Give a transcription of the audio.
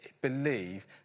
believe